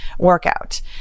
workout